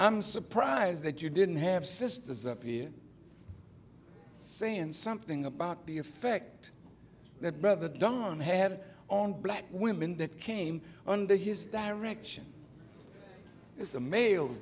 i'm surprised that you didn't have sisters up here saying something about the effect that brother dunn had on black women that came under his direction it's a male